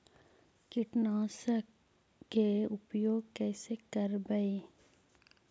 कीटनाशक के उपयोग कैसे करबइ?